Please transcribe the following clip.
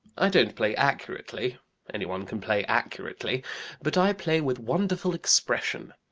i don't play accurately any one can play accurately but i play with wonderful expression.